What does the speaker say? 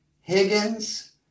higgins